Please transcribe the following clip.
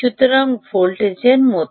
সুতরাং ভোল্টেজ এর মত